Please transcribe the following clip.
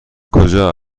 کجا